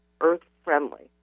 earth-friendly